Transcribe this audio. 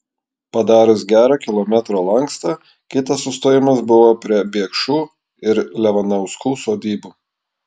padarius gero kilometro lankstą kitas sustojimas buvo prie biekšų ir levanauskų sodybų